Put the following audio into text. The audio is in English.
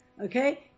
okay